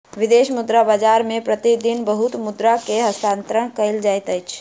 विदेशी मुद्रा बाजार मे प्रति दिन बहुत मुद्रा के हस्तांतरण कयल जाइत अछि